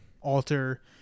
alter